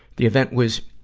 the event was,